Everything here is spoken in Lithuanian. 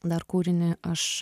dar kūrinį aš